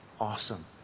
awesome